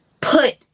put